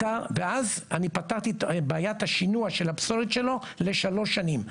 ואז אני פתרתי את בעיית השינוע של הפסולת שלו לשלוש שנים.